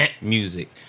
music